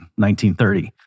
1930